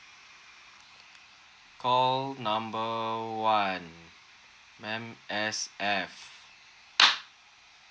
call number one M_S_F